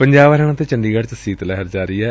ਪੰਜਾਬ ਹਰਿਆਣਾ ਤੇ ਚੰਡੀਗੜ੍ ਚ ਸੀਤ ਲਹਿਰ ਜਾਰੀ ਏ